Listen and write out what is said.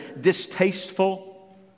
distasteful